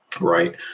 right